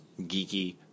geeky